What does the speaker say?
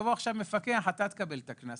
יבוא מפקח ואתה תקבל את הקנס,